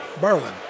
Berlin